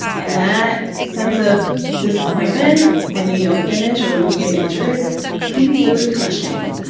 and that sense of disappointment when you don't finish or when you get injured can be really crushing.